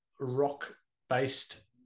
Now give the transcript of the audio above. rock-based